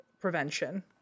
prevention